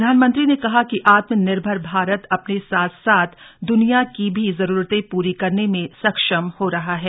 प्रधानमंत्री ने कहा कि आत्मनिर्भर भारत अपने साथ साथ दुनिया की भी जरूरतें पूरी करने में सक्षम हो रहा है